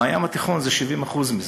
ומהים התיכון, 70% מזה.